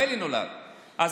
גם אלי נולד פה.